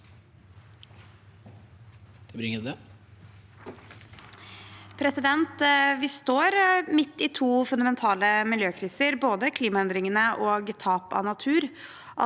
Vi står midt i to fundamentale miljøkriser, både klimaendringene og tap av natur.